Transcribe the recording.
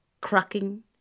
cracking